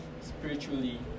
spiritually